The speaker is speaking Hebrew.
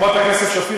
חברת הכנסת שפיר,